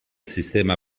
sistema